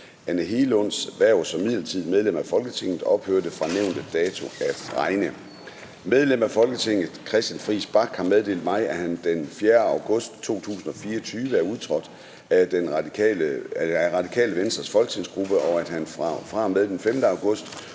Anne Hegelunds (EL) hverv som midlertidigt medlem af Folketinget ophørte fra nævnte dato at regne. Medlem af Folketinget Christian Friis Bach har meddelt mig, at han den 4. august 2024 er udtrådt af Radikale Venstres folketingsgruppe, og at han fra og med den 5. august